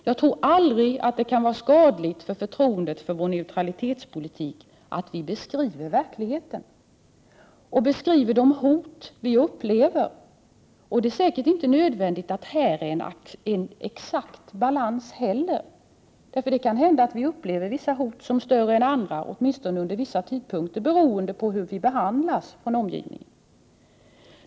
Jag tror aldrig det kan vara skadligt för förtroendet för vår neutralitetspolitik att vi beskriver verkligheten och de hot som vi upplever. Det är säkert inte nödvändigt att ha en exakt balans. Det kan hända att vi upplever vissa hot som större än andra, åtminstone under vissa tidsperioder, beroende på hur vi behandlas av omgivningen.